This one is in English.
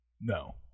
No